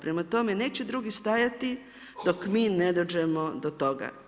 Prema tome, neće drugi stajati dok mi ne dođemo do toga.